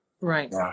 Right